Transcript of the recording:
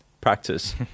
practice